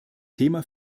thema